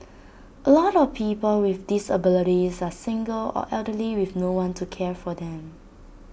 A lot of people with disabilities are single or elderly with no one to care for them